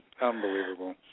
unbelievable